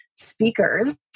Speakers